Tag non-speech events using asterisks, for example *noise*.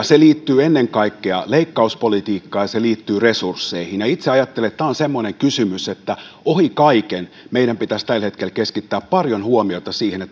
*unintelligible* se liittyy ennen kaikkea leikkauspolitiikkaan ja se liittyy resursseihin itse ajattelen että tämä on semmoinen kysymys että ohi kaiken meidän pitäisi tällä hetkellä keskittää paljon huomiota siihen *unintelligible*